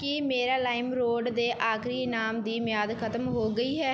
ਕੀ ਮੇਰਾ ਲਾਈਮਰੋਡ ਦੇ ਆਖ਼ਰੀ ਇਨਾਮ ਦੀ ਮਿਆਦ ਖਤਮ ਹੋ ਗਈ ਹੈ